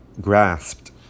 grasped